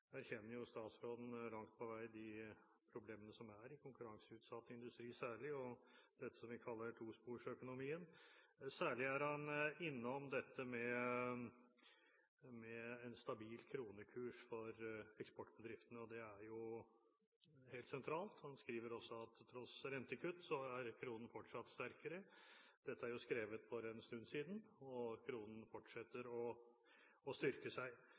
erkjenner statsråden langt på vei de problemene som er i konkurranseutsatt industri særlig, og dette som vi kaller tosporsøkonomien. Særlig er han innom dette med en stabil kronekurs for eksportbedriftene, og det er helt sentralt. Han skriver også at til tross for rentekutt er kronen fortsatt sterkere. Dette er jo skrevet for en stund siden, og kronen fortsetter å styrke seg.